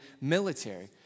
military